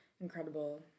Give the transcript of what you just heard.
incredible